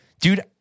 Dude